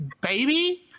baby